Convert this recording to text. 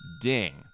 ding